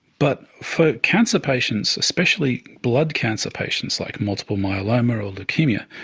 but for cancer patients, especially blood cancer patients like multiple myeloma or leukaemia,